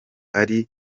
ari